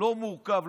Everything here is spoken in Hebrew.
לא מורכב,